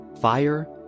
fire